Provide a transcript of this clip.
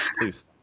please